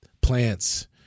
plants